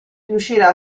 riuscirà